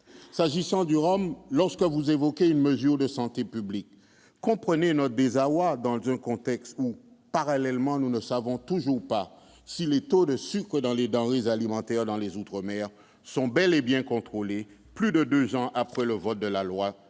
ministre, lorsque vous évoquez une mesure de santé publique, comprenez notre désarroi dans un contexte où, parallèlement, nous ne savons toujours pas si les taux de sucre dans les denrées alimentaires dans les outre-mer sont bel et bien contrôlés, plus de deux ans après le vote de la loi